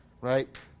right